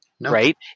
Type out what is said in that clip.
Right